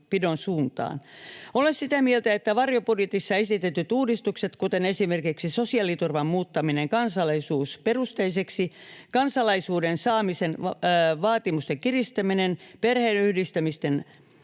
suuntaan. Olen sitä mieltä, että varjobudjetissa esitetyt uudistukset, kuten esimerkiksi sosiaaliturvan muuttaminen kansalaisuusperusteiseksi, kansalaisuuden saamisen vaatimusten kiristäminen, perheenyhdistämisten